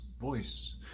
voice